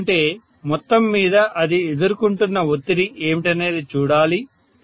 ఎందుకంటే మొత్తంమీద అది ఎదుర్కొంటున్న ఒత్తిడి ఏమిటనేది చూడాలి